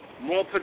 more